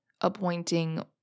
appointing